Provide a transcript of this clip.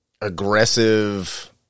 aggressive